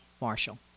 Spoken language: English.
Marshall